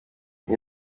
iyi